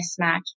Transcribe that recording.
mismatch